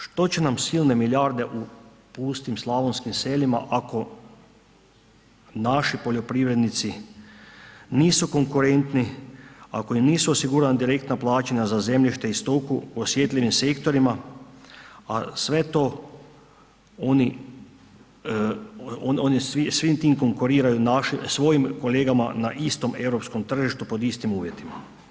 Što će nam silne milijarde u pustim slavonskim selima ako naši poljoprivrednici nisu konkurenti, ako im nisu osigurana direktna plaćanja za zemljište i stoku, osjetljivim sektorima, a sve to oni, svim tim konkuriraju svojim kolegama na istom europskom tržištu pod istim uvjetima.